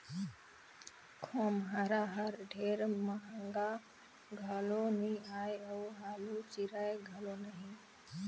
खोम्हरा हर ढेर महगा घलो नी आए अउ हालु चिराए घलो नही